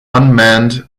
unmanned